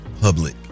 public